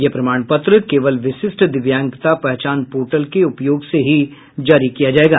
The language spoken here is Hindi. यह प्रमाण पत्र केवल विशिष्ट दिव्यांगता पहचान पोर्टल के उपयोग से ही जारी किया जाएगा